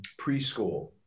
preschool